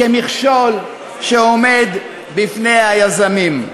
כמכשול שעומד בפני היזמים.